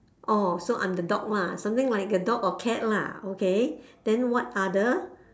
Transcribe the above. orh so I am the dog lah something like a dog or cat lah okay then what other